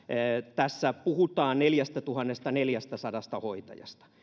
tässä puhutaan neljästätuhannestaneljästäsadasta hoitajasta